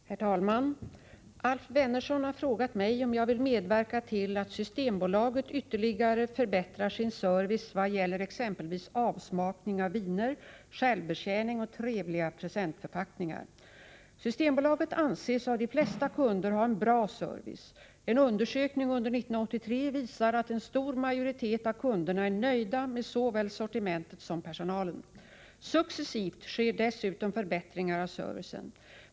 Herr talman! Alf Wennerfors har frågat mig om jag vill medverka till att Systembolaget ytterligare förbättrar sin service i vad gäller exempelvis avsmakning av viner, självbetjäning och trevliga presentförpackningar. Systembolaget anses av de flesta kunder ha en bra service. En undersökning under 1983 visade att en stor majoritet av kunderna är nöjda med såväl sortimentet som personalen. Successivt sker dessutom förbättringar av servicen.